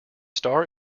star